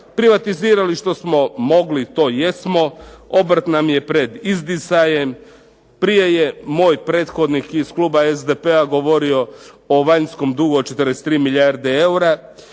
Privatizirali što smo mogli to jesmo. Obrt nam je pred izdisajem. Prije je moj prethodnik iz kluba SDP-a govorio o vanjskom dugu od 43 milijarde eura